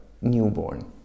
newborn